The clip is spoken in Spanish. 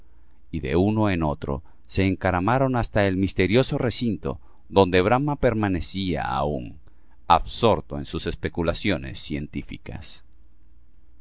y de uno en otro se encaramaron hasta el misterioso recinto donde brahma permanecía aún absorto en sus especulaciones científicas